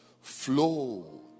flow